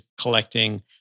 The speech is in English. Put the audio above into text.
collecting